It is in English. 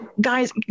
guys